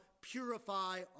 purify